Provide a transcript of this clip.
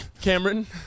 Cameron